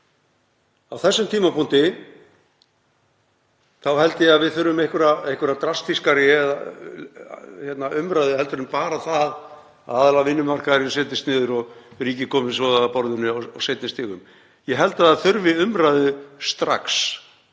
Á þessum tímapunkti þá held ég að við þurfum einhverja drastískari umræðu heldur en bara það aðilar vinnumarkaðurinn, setjist niður og ríkið komi að borðinu á seinni stigum. Ég held að það þurfi umræðu strax